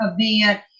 event